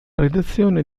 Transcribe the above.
redazione